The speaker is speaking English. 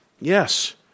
Yes